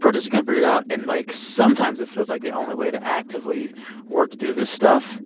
protesters can't figure it out. and, like, sometimes, it feels like the only way to actively work through this stuff